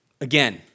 again